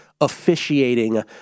officiating